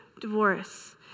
divorce